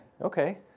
Okay